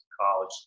college